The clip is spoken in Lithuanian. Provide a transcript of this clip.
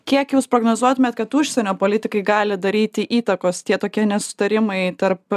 kiek jūs prognozuotumėt kad užsienio politikai gali daryti įtakos tie tokie nesutarimai tarp